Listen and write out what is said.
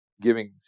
giving